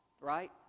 Right